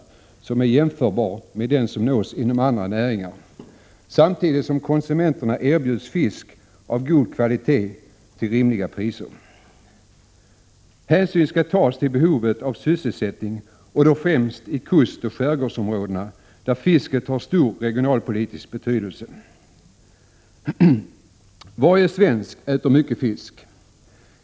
1986/87:133 som är jämförbar med den som nås inom andra näringar samtidigt som ljuni 1987: konsumenterna erbjuds fisk av god kvalité till rimliga priser. Hänsyn skall tas till behovet av sysselsättning, främst i kustoch skärgårdsområdena, där fisket har stor regionalpolitisk betydelse. Varje svensk äter mycket fisk.